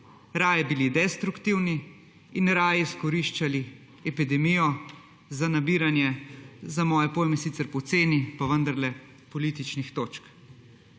raje bili destruktivni in raje izkoriščali epidemijo za nabiranje, za moje pojme sicer poceni, pa vendarle političnih točk.